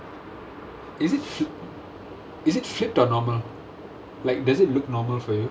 is it fli~ is it flipped or normal like does it look normal for you